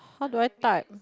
why do I type